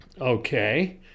Okay